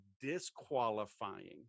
disqualifying